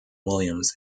williams